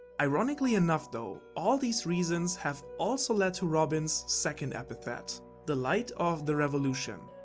ironically enough though, all these reasons have also led to robin's second epithet the light of the revolution.